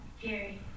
Gary